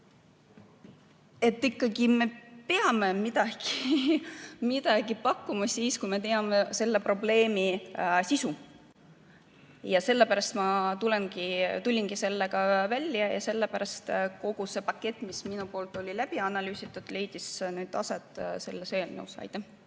ikkagi midagi pakkuma siis, kui me teame selle probleemi sisu. Sellepärast ma tulingi sellega välja ja sellepärast kogu see pakett, mis minul oli läbi analüüsitud, leidis nüüd koha selles eelnõus. Mihhail